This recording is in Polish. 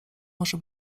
może